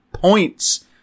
points